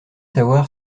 savoir